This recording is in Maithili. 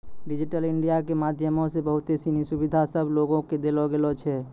डिजिटल इंडिया के माध्यमो से बहुते सिनी सुविधा सभ लोको के देलो गेलो छै